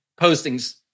postings